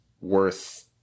worth